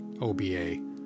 OBA